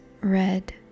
red